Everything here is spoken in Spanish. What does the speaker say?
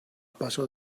paso